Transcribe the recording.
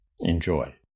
enjoy